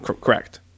correct